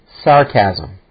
sarcasm